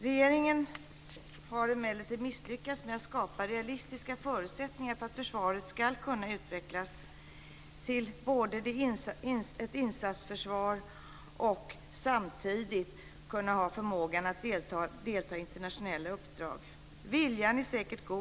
Regeringen har emellertid misslyckats med att skapa realistiska förutsättningar för att försvaret ska kunna utvecklas till insatsförsvar och samtidigt kunna ha förmågan att delta i internationella uppdrag. Viljan är säkert god.